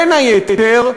בין היתר,